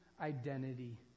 identity